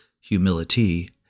humility